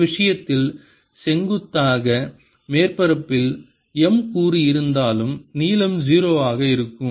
இந்த விஷயத்தில் செங்குத்தாக மேற்பரப்பில் M கூறு இருந்தாலும் நீளம் 0 ஆக இருக்கும்